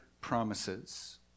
promises